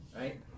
Right